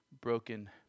Broken